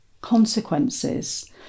consequences